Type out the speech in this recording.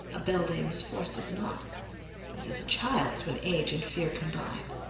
a beldame's force is naught is as a child's, when age and fear combine.